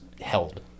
held